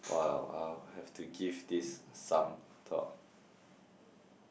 !wow! I'll have to give this some thought